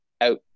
out